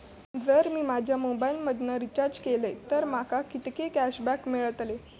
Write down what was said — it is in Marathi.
जर मी माझ्या मोबाईल मधन रिचार्ज केलय तर माका कितके कॅशबॅक मेळतले?